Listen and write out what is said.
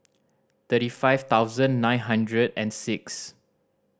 thirty five thousand nine hundred and six